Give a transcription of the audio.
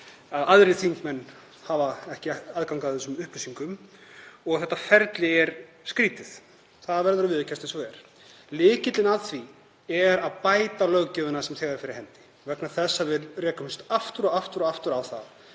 að aðrir þingmenn hafa ekki aðgang að þessum upplýsingum og þetta ferli er skrýtið. Það verður að viðurkennast. Lykillinn að því er að bæta löggjöfina sem þegar er fyrir hendi vegna þess að við rekumst aftur og aftur á það